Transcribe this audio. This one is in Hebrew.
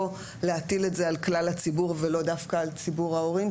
או להטיל את זה על כלל הציבור ולא דווקא על ציבור ההורים,